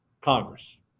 Congress